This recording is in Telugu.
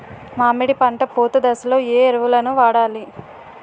మామిడి పంట పూత దశలో ఏ ఎరువులను వాడాలి?